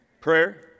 Prayer